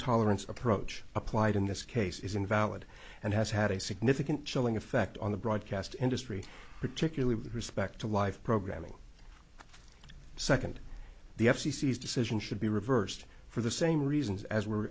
tolerance approach applied in this case is invalid and has had a significant chilling effect on the broadcast industry particularly with respect to life programming second the f c c is decision should be reversed for the same reasons as were